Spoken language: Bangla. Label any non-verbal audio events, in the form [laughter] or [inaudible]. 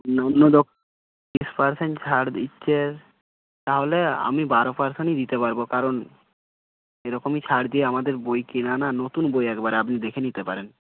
অন্য অন্য [unintelligible] ত্রিশ পার্সেন্ট ছাড় দিচ্ছে তাহলেও আমি বারো পার্সেন্টই দিতে পারব কারণ এরকমই ছাড় দিয়ে আমাদের বই কেনা না নতুন বই একবারে আপনি দেখে নিতে পারেন